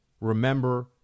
remember